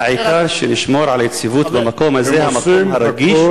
העיקר שנשמור על היציבות במקום הזה, המקום הרגיש.